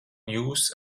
jūs